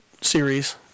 series